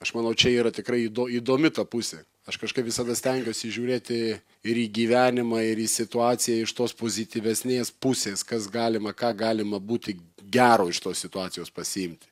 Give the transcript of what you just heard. aš manau čia yra tikrai įdo įdomi ta pusė aš kažkaip visada stengiuosi žiūrėti ir į gyvenimą ir į situaciją iš tos pozityvesnės pusės kas galima ką galima būti gero iš tos situacijos pasiimti